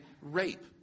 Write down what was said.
rape